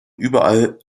überall